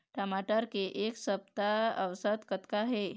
टमाटर के एक सप्ता औसत कतका हे?